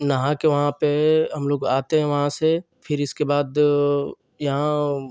नहा के वहाँ पर हम लोग आते हैं वहाँ से फिर इसके बाद यहाँ